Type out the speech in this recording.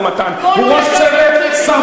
הוא ראש צוות הבריחה מהמשא-ומתן.